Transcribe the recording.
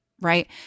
Right